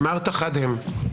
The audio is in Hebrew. אמרת "חד הם".